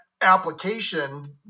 application